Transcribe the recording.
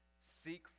Seek